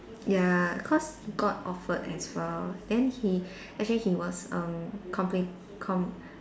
ya cause he got offered as well then he actually he was um comple~ com~